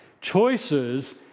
Choices